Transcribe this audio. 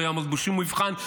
לא יעמוד בשום מבחן,